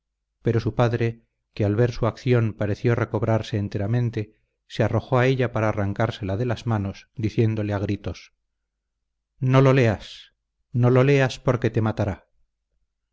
pero su padre que al ver su acción pareció recobrarse enteramente se arrojó a ella para arrancársela de las manos diciéndole a gritos no lo leas no lo leas porque te matará